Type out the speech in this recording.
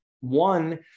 One